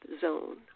zone